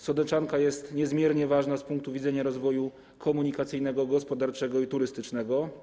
Sądeczanka jest niezmiernie ważna z punktu widzenia rozwoju komunikacyjnego, gospodarczego i turystycznego.